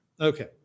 okay